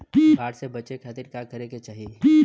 बाढ़ से बचे खातिर का करे के चाहीं?